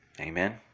Amen